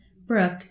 Brooke